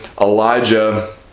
Elijah